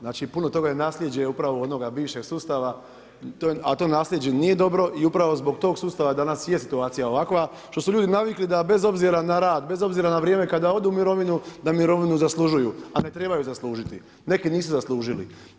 Znači puno toga je nasljeđe upravo onoga bivšeg sustava, a to nasljeđe nije dobro i upravo zbog tog sustava danas je situacija ovakva što su ljudi navikli da bez obzira na rad, bez obzira na vrijeme kada odu u mirovinu da mirovinu zaslužuju, a ne trebaju zaslužiti, neki nisu zaslužili.